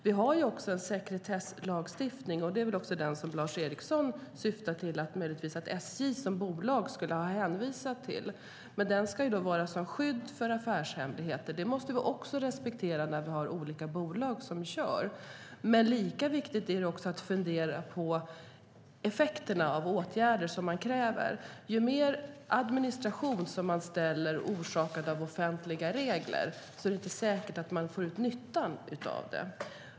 Vi har en sekretesslagstiftning, och det är väl den som Lars Eriksson möjligtvis syftar på att SJ som bolag skulle ha hänvisat till. Men den ska ju vara till skydd för affärshemligheter, och det måste vi respektera när det är olika bolag som kör. Lika viktigt är det att fundera på effekterna av de åtgärder som man kräver. Om offentliga regler orsakar mer administration är det inte säkert att man får någon nytta av det.